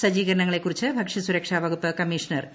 സജ്ജീകരണങ്ങളെ കുറിച്ച് ഭക്ഷ്യ സുരിക്ഷാ വകുപ്പ് കമ്മീഷണർ എ